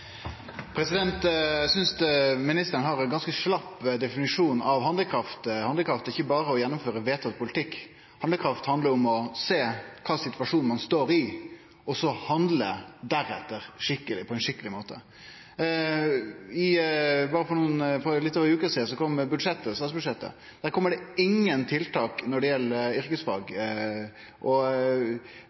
ikkje berre å gjennomføre vedtatt politikk. Handlekraft handlar om å sjå kva situasjon ein står i – og så, deretter, handle på ein skikkeleg måte. Berre for litt over ei uke sidan kom det reviderte statsbudsjettet, og der kjem det ingen tiltak når det gjeld yrkesfag.